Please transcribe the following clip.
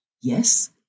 Yes